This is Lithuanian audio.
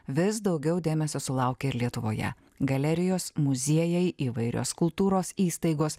vis daugiau dėmesio sulaukė lietuvoje galerijos muziejai įvairios kultūros įstaigos